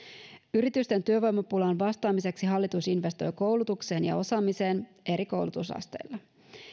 yritysten työvoimapulaan vastaamiseksi hallitus investoi koulutukseen ja osaamiseen eri koulutusasteilla